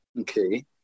Okay